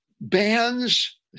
bands